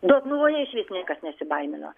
dotnuvoje išvis niekas nesibaimino